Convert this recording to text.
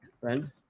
friend